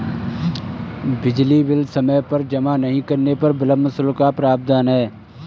बिजली बिल समय पर जमा नहीं करने पर विलम्ब शुल्क का प्रावधान है